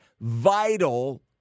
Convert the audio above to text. vital